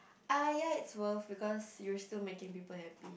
uh ya it's worth because you're still making people happy